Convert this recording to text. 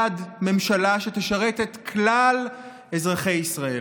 בעד ממשלה שתשרת את כלל אזרחי ישראל,